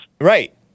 Right